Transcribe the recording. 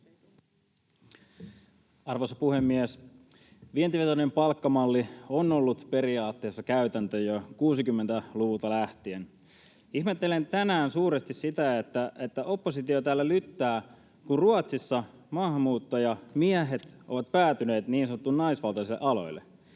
Arvoisa puhemies! Vientivetoinen palkkamalli on ollut periaatteessa käytäntö jo 60-luvulta lähtien. Ihmettelen tänään suuresti sitä, että oppositio täällä lyttää, kun Ruotsissa maahanmuuttajamiehet ovat päätyneet niin sanotuille naisvaltaisille aloille.